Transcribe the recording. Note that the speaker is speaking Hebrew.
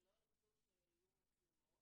שלא ירצו שיהיו מצלמות